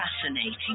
fascinating